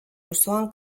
auzoan